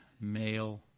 male